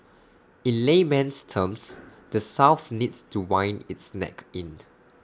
in layman's terms the south needs to wind its neck in